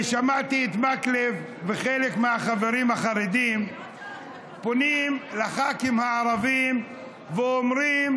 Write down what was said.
שמעתי את מקלב וחלק מהחברים החרדים פונים לח"כים הערבים ואומרים: